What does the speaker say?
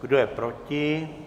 Kdo je proti?